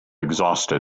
exhausted